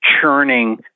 churning